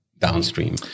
downstream